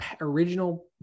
original